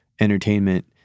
entertainment